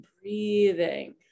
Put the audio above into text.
breathing